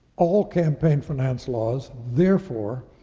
all campaign finance laws, therefore,